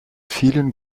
vielen